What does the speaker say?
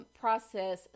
process